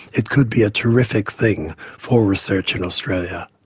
it could be a terrific thing for research in australia.